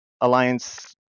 alliance